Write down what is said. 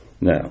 Now